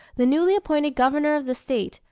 the newly appointed governor of the state,